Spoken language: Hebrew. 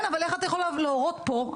כן, אבל איך אתה יכול להורות פה.